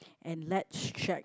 and let's check